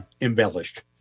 embellished